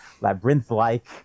labyrinth-like